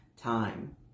time